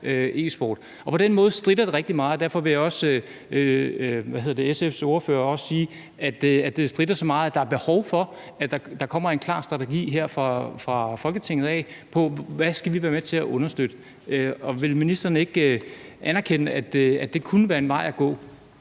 På den måde stritter det i rigtig mange retninger, og derfor vil jeg også ligesom SF's ordfører sige, at det stritter så meget, at der er behov for, at der kommer en klar strategi fra Folketinget for, hvad vi skal være med til at understøtte. Vil ministeren ikke anerkende, at det kunne være en vej at gå?